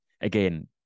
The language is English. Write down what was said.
again